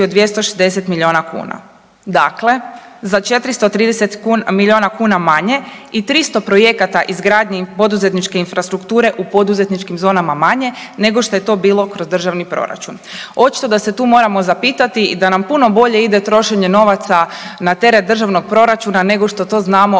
od 260 miliona kuna. Dakle, za 430 miliona kuna manje i 300 projekata izgradnje poduzetničke infrastrukture u poduzetničkim zonama manje nego što je to bilo kroz državni proračun. Očito da se tu moramo zapitati da nam puno bolje ide trošenje novaca na teret državnog proračuna nego što to znamo